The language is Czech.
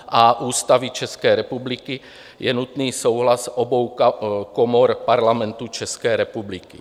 a) Ústavy České republiky, je nutný souhlas obou komor Parlamentu České republiky.